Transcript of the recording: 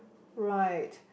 right